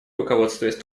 руководствуясь